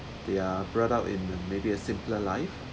they're brought up in a maybe a simpler life